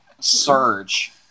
surge